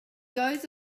goes